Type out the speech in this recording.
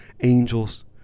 angels